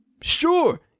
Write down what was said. Sure